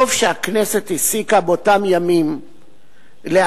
טוב שהכנסת הסיקה באותם ימים שיש צורך